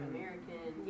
American